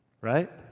right